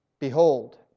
Behold